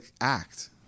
act